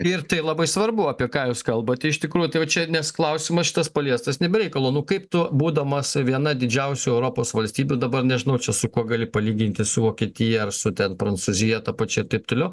ir tai labai svarbu apie ką jūs kalbate iš tikrųjų tai va čia nes klausimas šitas paliestas ne be reikalo nu kaip tu būdamas viena didžiausių europos valstybių dabar nežinau čia su kuo gali palyginti su vokietija ar su ten prancūzija ta pačia taip toliau